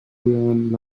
durant